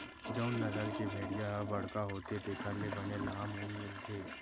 जउन नसल के भेड़िया ह बड़का होथे तेखर ले बने लाम ऊन मिलथे